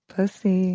Pussy